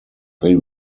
they